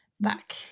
back